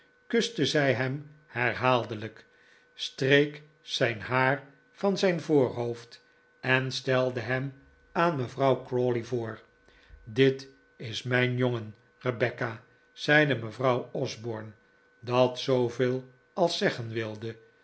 kuste zij hem herhaaldelijk streek zijn haar van zijn voorhoofd en stelde hem aan mevrouw crawley voor dit is mijn jongen rebecca zeide mevrouw osborne dat zobveel als zeggen wilde